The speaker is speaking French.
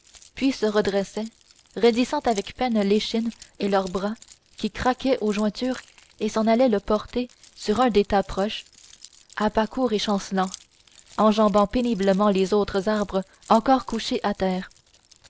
puis se redressaient raidissant avec peine l'échine et leurs bras qui craquaient aux jointures et s'en allaient le porter sur un des tas proches à pas courts et chancelants enjambant péniblement les autres arbres encore couchés à terre